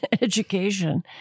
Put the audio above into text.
education